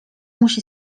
musi